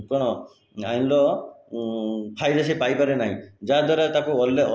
କ'ଣ ଆଇନର ଫାଇଦା ସେ ପାଇପାରେ ନାହିଁ ଯାହାଦ୍ୱାରା ତାକୁ ଅଲଗା